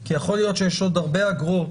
כי יכול להיות שיש עוד הרבה אגרות,